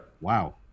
Wow